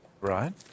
right